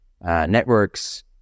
networks